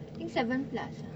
think eleven plus ah